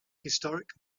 historic